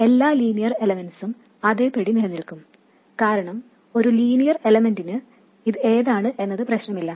എല്ലാ ലീനിയർ എലമെൻറ്സും അതേപടി നിലനിൽക്കും കാരണം ഒരു ലീനിയർ എലമെൻറിന് ഇതേതാണെന്നത് പ്രശ്നമല്ല